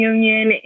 Union